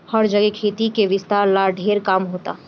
हर जगे खेती के विस्तार ला ढेर काम होता